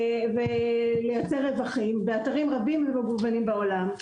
ולייצר רווחים באתרים רבים ומגוונים בעולם,